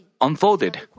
unfolded